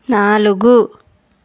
నాలుగు